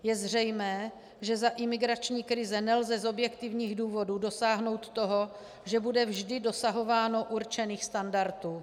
Je zřejmé, že za imigrační krize nelze z objektivních důvodů dosáhnout toho, že bude vždy dosahováno určených standardů.